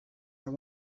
and